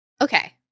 okay